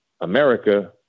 America